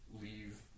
leave